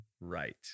Right